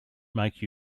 make